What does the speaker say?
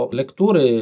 lektury